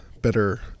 better